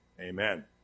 amen